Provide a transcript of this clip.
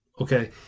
Okay